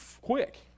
Quick